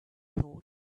thought